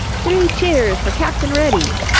three cheers for captain reddy!